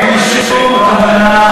אין שום כוונה,